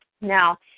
Now